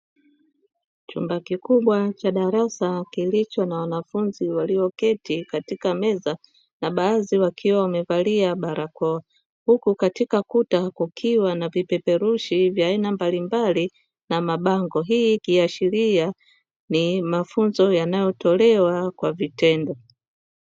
Chumba kikubwa, cha darasa kilicho na wanafunzi walioketi katika meza na baadhi wakiwa wamevalia barakoa, huku katika kuta kukiwa na vipepereshi vya aina mbalimbali na mabango. Hii ikiashiria ni mafunzo yanayotolewa kwa vitendo.